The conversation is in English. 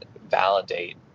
validate